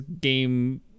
game